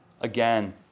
Again